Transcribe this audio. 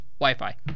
Wi-Fi